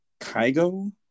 Kygo